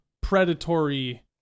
predatory